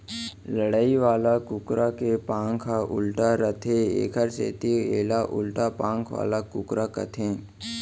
लड़ई वाला कुकरा के पांख ह उल्टा रथे एकर सेती एला उल्टा पांख वाला कुकरा कथें